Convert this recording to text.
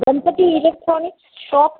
Ganpati electronics shop